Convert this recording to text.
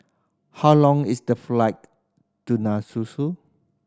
how long is the flight to Nassau